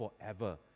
forever